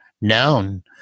known